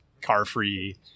car-free